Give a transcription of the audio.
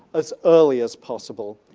as early as possible.